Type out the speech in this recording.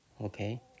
Okay